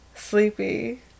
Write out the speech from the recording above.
Sleepy